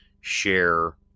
share